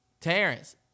Terrence